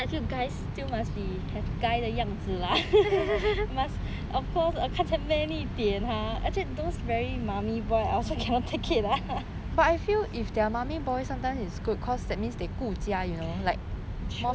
actually I feel guys still must be have guy 的样子 lah must of course err 看得 man 一点 ha actually those very mommy boy I also cannot take it